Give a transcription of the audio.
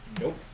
Nope